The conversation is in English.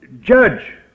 judge